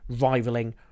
rivaling